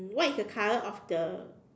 what is the color of the